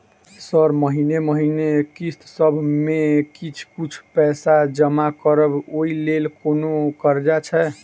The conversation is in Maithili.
सर महीने महीने किस्तसभ मे किछ कुछ पैसा जमा करब ओई लेल कोनो कर्जा छैय?